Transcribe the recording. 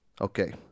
Okay